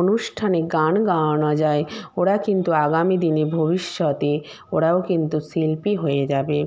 অনুষ্ঠানে গান গাওয়ানো যায় ওরা কিন্তু আগামী দিনে ভবিষ্যতে ওরাও কিন্তু শিল্পী হয়ে যাবে